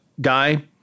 guy